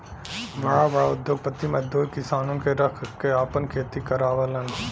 बड़ा बड़ा उद्योगपति मजदूर किसानन क रख के आपन खेती करावलन